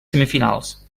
semifinals